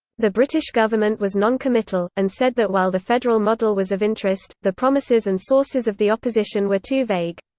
the british government was non-committal, and said that while the federal model was of interest, the promises and sources of the opposition were too vague.